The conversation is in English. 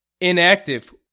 inactive